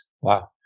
Wow